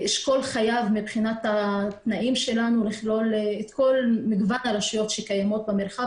אשכול חייב מבחינת התנאים לכלול את מגוון הרשויות שקיימות במרחב,